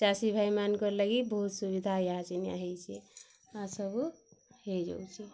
ଚାଷୀଭାଇମାନଙ୍କର୍ ଲାଗି ବହୁତ୍ ସୁବିଧା ଇହା ଯିନି ହେଇଚେ ଆର୍ ସୁବ ହେଇଯାଉଚେ